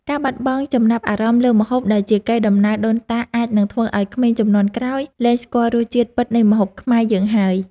ការបាត់បង់ចំណាប់អារម្មណ៍លើម្ហូបដែលជាកេរ្តិ៍តំណែលដូនតាអាចនឹងធ្វើឲ្យក្មេងជំនាន់ក្រោយលែងស្គាល់រសជាតិពិតនៃម្ហូបខ្មែរយើងហើយ។